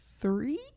three